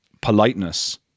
politeness